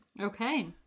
Okay